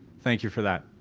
thank you for that.